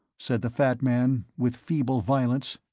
said the fat man, with feeble violence,